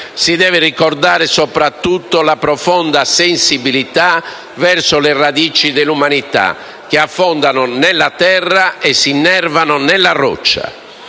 si deve ricordare soprattutto la profonda sensibilità verso le radici dell'umanità, che affondano nella terra e si innervano nella roccia.